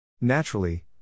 Naturally